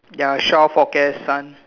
ya I short of for care sun